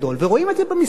ורואים את זה במספרים,